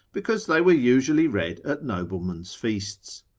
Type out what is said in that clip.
because they were usually read at noblemen's feasts.